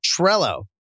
Trello